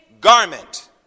garment